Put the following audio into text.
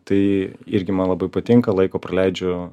tai irgi man labai patinka laiko praleidžiu